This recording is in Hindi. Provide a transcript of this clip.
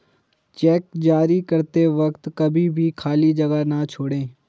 चेक जारी करते वक्त कभी भी खाली जगह न छोड़ें